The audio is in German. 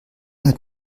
hat